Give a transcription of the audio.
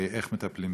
איך מטפלים בזה.